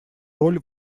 роль